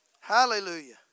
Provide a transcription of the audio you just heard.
Hallelujah